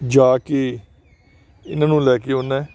ਜਾ ਕੇ ਇਹਨਾਂ ਨੂੰ ਲੈ ਕੇ ਆਉਂਦਾ